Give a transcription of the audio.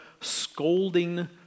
scolding